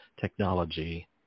technology